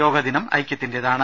യോഗദിനം ഐക്യത്തിന്റേതാണ്